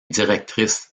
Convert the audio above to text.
directrices